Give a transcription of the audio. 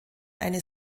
eine